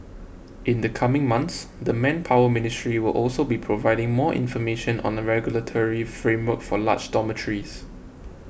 in the coming months the Manpower Ministry will also be providing more information on a regulatory framework for large dormitories